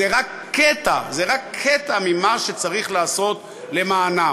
זה רק קטע, זה רק קטע ממה שצריך לעשות למענם.